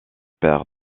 père